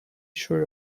sure